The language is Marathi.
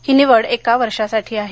ही निवड एका वर्षासाठी आहे